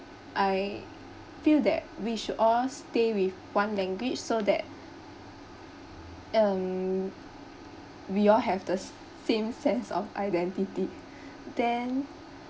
I feel that we should all stay with one language so that um we all have the s~ same sense of identity then